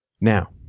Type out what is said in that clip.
Now